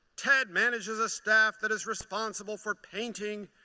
ted manages a staff that is responsible for painting,